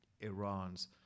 Iran's